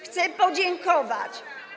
chcę podziękować.